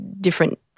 different